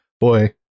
Boy